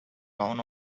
town